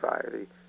society